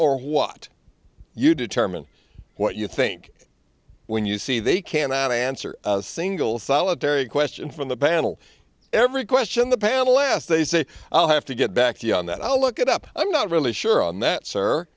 or what you determine what you think when you see they cannot answer a single solitary question from the panel every question the panel asked they say i'll have to get back to you on that i'll look it up i'm not really sure on that sir